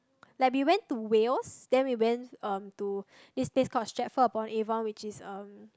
like we went to Wales then we went um to this place called Stratford upon Avon which is um